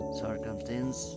circumstance